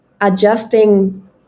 adjusting